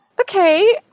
Okay